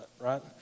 right